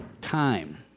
time